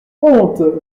honte